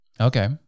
Okay